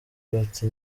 bati